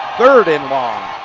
third and long.